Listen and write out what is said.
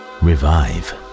revive